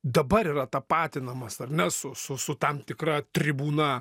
dabar yra tapatinamas ar nesu su su su tam tikra tribūna